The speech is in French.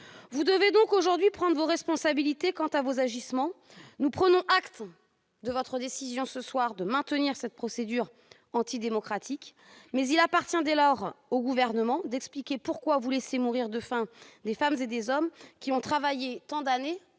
Vous devez aujourd'hui prendre vos responsabilités quant à vos agissements. Nous prenons acte de votre décision, ce soir, de maintenir cette procédure antidémocratique, mais il appartient dès lors au Gouvernement d'expliquer pourquoi il laisse mourir de faim des femmes et des hommes qui ont travaillé tant d'années